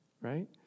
right